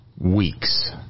weeks